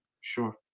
Sure